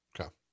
Okay